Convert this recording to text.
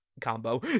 combo